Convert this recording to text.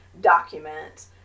document